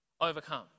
overcome